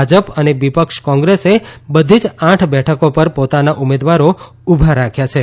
ભાજપ અને વિપક્ષ કોંગ્રેસે બધી જ આઠ બેઠકો પર પોતાનાં ઉમેદવારો ઉભા રાખ્યા છે